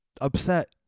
upset